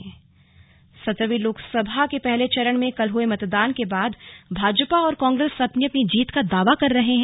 slug जीत का दावा सत्रहवीं लोकसभा के पहले चरण में कल हुए मतदान के बाद भाजपा और कांग्रेस अपनी अपनी जीत का दावा कर रहे हैं